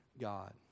god